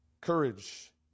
Courage